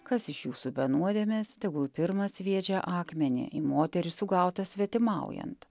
kas iš jūsų be nuodėmės tegul pirmas sviedžia akmenį į moterį sugautą svetimaujant